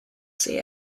see